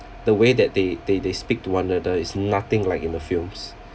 the way that they they they speak to one another is nothing like in the films